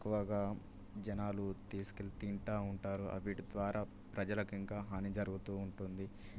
ఎక్కువగా జనాలు తీసుకెళ్ళి తింటా ఉంటారు వీటి ద్వారా ప్రజలకు ఇంకా హాని జరుగుతూ ఉంటుంది